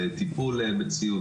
טיפול בציוד,